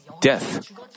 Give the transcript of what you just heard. death